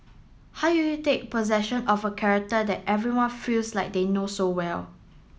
how you take possession of a character that everyone feels like they know so well